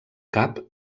cap